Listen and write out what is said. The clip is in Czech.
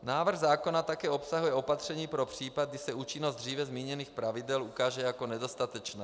Návrh zákona také obsahuje opatření pro případ, kdy se účinnost dříve zmíněných pravidel ukáže jako nedostatečná.